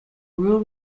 rule